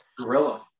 gorilla